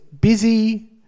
busy